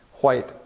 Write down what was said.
White